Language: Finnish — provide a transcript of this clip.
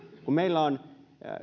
kun meillä on